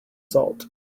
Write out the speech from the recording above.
salt